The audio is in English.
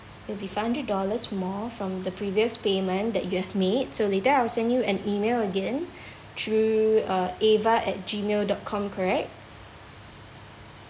it'll be five hundred dollars more from the previous payment that you have made so later I will send you an email again mm through uh ava at gmail dot com correct